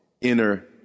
inner